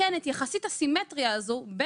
יחסית את הסימטריה הזו.